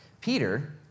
Peter